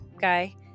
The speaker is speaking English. guy